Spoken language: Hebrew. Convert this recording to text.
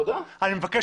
אני מבקש